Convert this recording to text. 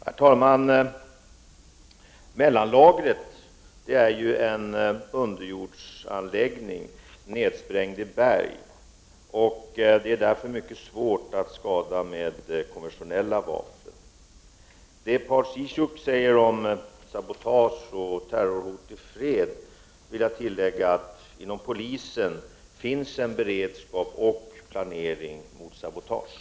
Herr talman! Mellanlagret är en underjordsanläggning, nedsprängd i berg. Den är därför mycket svår att skada med konventionella vapen. Med anledning av det Paul Ciszuk säger om sabotage och terrorhot i fred vill jag tillägga att det inom polisen finns en beredskap och planering mot sabotage.